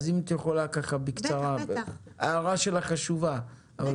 אורה קנר, ההערה שלך חשובה.